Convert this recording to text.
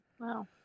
Wow